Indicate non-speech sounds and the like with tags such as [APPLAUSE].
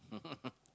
[LAUGHS]